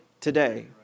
today